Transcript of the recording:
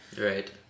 Right